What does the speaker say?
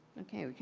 okay.